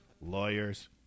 Lawyers